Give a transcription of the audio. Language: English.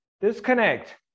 Disconnect